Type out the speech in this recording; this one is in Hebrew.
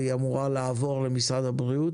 והיא אמורה לעבור למשרד הבריאות,